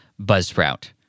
buzzsprout